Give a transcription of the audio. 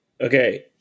Okay